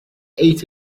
eight